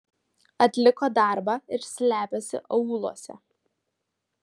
atliko darbą ir slepiasi aūluose